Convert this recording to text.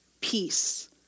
peace